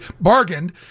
bargained